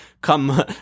come